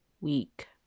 week